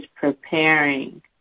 preparing